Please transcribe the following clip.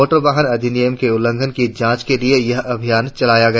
motor वाहन अधिनियम के उल्लंघन की जांच के लिए यह अभियान चलाया गया